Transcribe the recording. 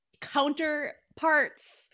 counterparts